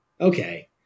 Okay